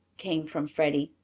came from freddie,